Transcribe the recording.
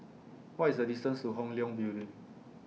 What IS The distance to Hong Leong Building